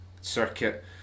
circuit